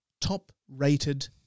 top-rated